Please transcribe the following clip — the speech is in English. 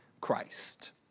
Christ